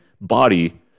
body